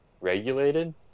regulated